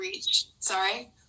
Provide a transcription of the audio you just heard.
Sorry